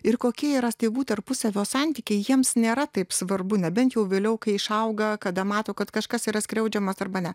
ir kokie yra tėvų tarpusavio santykiai jiems nėra taip svarbu nebent jau vėliau kai išauga kada mato kad kažkas yra skriaudžiamas arba ne